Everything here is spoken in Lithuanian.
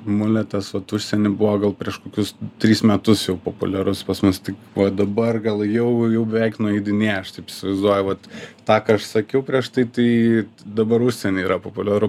muletas vat užsieny buvo gal prieš kokius trys metus jau populiarus pas mus tik va dabar gal jau jau beveik nueidinėja aš taip įsivaizduoju vat tą ką aš sakiau prieš tai tai dabar užsieny yra populiaru